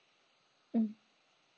mm